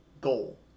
goal